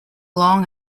long